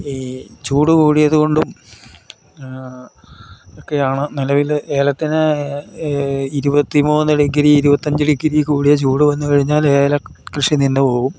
ഈ ചൂട് കൂടിയത് കൊണ്ടും ഒക്കെയാണ് നിലവിൽ ഏലത്തിന് ഇരുവത്തി മൂന്ന് ഡിഗ്രി ഇരുപത്തി അഞ്ച് ഡിഗ്രി കൂടിയ ചൂട് വന്നു കഴിഞ്ഞാൽ ഏല കൃഷി നിന്നു പോകും